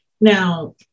now